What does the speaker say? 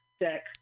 deck